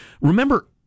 remember